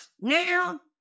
Now